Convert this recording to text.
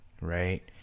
Right